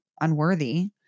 unworthy